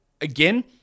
again